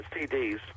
CDs